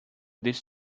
this